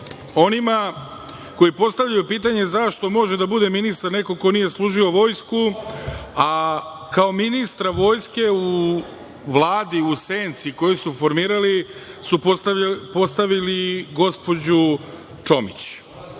onima koji postavljaju pitanje zašto može da bude ministar neko ko nije služio vojsku, a kao ministra vojske u vladi u senci koju su formirali su postavili gospođu Čomić,